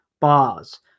bars